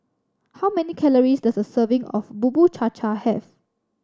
how many calories does a serving of Bubur Cha Cha have